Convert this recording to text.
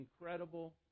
incredible